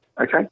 okay